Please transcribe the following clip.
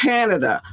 Canada